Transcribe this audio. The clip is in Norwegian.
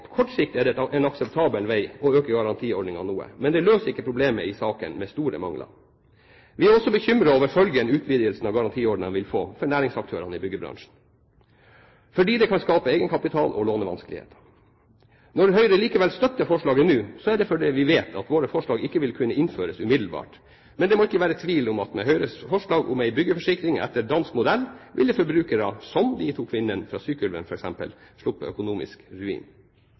på kort sikt er det en akseptabel vei å øke garantiordningen noe, men det løser ikke problemet i saker med store mangler. Vi er også bekymret over følgen utvidelsen av garantiordningen vil få for næringsaktørene i byggebransjen, fordi det kan skape egenkapital- og lånevanskeligheter. Når Høyre likevel støtter forslaget nå, så er det fordi vi vet at våre forslag ikke vil kunne innføres umiddelbart. Men det må ikke være tvil om at med Høyres forslag om en byggeforsikring etter dansk modell ville forbrukere, som de to kvinnene fra Sykkylven f.eks., sluppet økonomisk ruin.